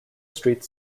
street